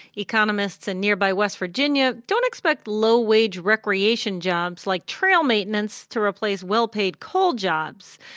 economists in nearby west virginia don't expect low wage recreation jobs like trail maintenance to replace well-paid coal jobs,